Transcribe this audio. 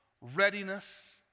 readiness